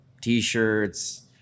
T-shirts